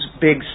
big